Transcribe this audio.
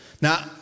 Now